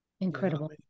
Incredible